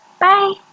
Bye